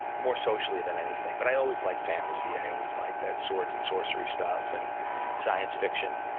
and more socially than anything. but i always liked fantasy. i always liked that swords and sorcery stuff, and science fiction.